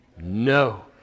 no